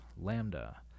Lambda